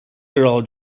girl